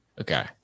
Okay